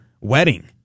wedding